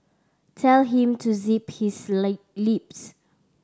tell him to zip his lips